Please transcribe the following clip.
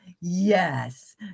Yes